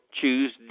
choose